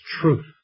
truth